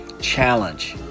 challenge